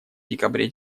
декабре